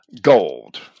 gold